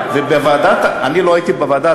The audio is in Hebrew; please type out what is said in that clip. אני לא הייתי בוועדה,